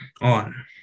on